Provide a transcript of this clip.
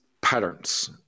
patterns